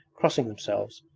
crossing themselves,